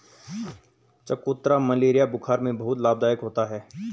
चकोतरा मलेरिया बुखार में बहुत लाभदायक होता है